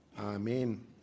amen